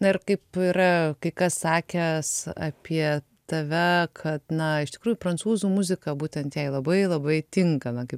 na ir kaip yra kai kas sakęs apie tave kad na iš tikrųjų prancūzų muzika būtent jai labai labai tinka na kaip